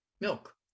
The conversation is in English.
milk